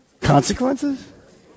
consequences